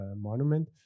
monument